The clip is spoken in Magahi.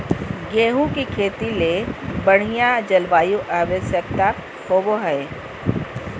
गेहूँ के खेती ले बढ़िया जलवायु आवश्यकता होबो हइ